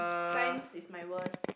Science is my worst